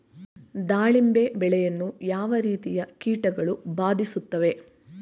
ದಾಳಿಂಬೆ ಬೆಳೆಯನ್ನು ಯಾವ ರೀತಿಯ ಕೀಟಗಳು ಬಾಧಿಸುತ್ತಿವೆ?